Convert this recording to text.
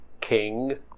king